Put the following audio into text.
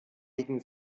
wegen